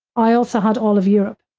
i also had all of europe,